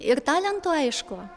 ir talento aišku